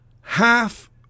half